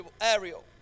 aerial